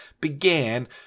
began